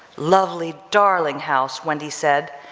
lovely, darling house, wendy said,